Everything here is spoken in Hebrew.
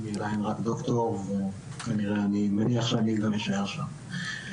אני עדיין רק דוקטור ואני מניח שאני גם אשאר שם.